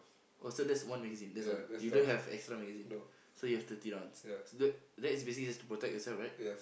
oh so that's one magazine that's all you don't have extra magazine so you have thirty rounds that that is basically just to protect yourself right